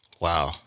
Wow